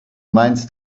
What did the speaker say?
meinst